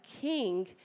king